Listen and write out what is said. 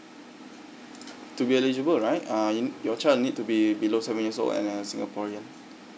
to be eligible right uh your child will need to be below seven years old and a singaporean